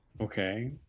Okay